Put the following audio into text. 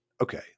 okay